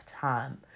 time